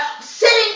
sitting